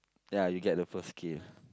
yeah you get the first kill